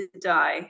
die